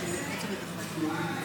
את צודקת.